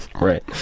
Right